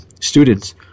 students